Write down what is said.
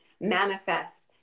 manifest